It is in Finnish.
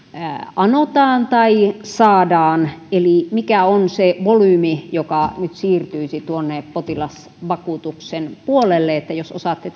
anotaan tai saadaan eli mikä on se volyymi joka nyt siirtyisi tuonne potilasvakuutuksen puolelle että jos osaatte